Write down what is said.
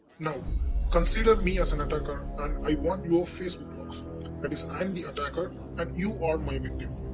now consider me as an attacker and i want your facebook logs. that is i am the attacker and you are my victim